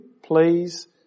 Please